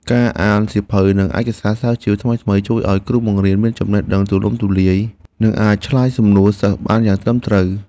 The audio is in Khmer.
ការអានសៀវភៅនិងឯកសារស្រាវជ្រាវថ្មីៗជួយឱ្យគ្រូបង្រៀនមានចំណេះដឹងទូលំទូលាយនិងអាចឆ្លើយសំណួរសិស្សបានយ៉ាងត្រឹមត្រូវ។